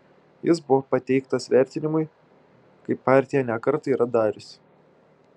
jis buvo pateiktas vertinimui kaip partija ne kartą yra dariusi